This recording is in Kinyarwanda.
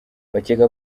bakeka